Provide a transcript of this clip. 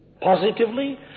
positively